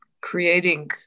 Creating